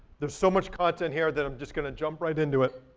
there's so much content here that i'm just going to jump right into it.